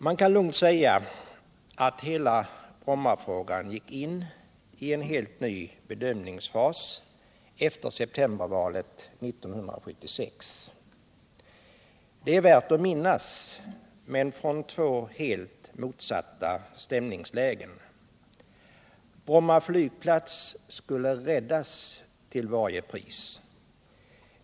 Man kan lugnt säga att hela Brommafrågan gick in i en helt ny bedömningsfas efter septembervalet 1976. Det är värt att minnas — men från två helt motsatta stämningslägen. Bromme flygplats skulle räddas till varje pris.